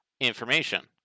information